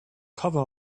cover